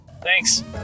thanks